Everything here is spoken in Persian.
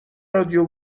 رادیو